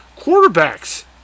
Quarterbacks